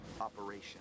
Operation